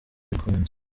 bikunze